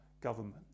government